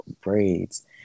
braids